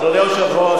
אדוני היושב-ראש,